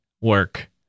work